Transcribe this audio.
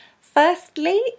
Firstly